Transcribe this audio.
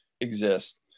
exist